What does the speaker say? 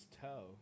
toe